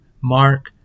Mark